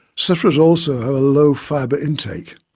sufferers also have a low fibre intake.